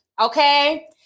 okay